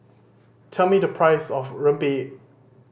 tell me the price of rempeyek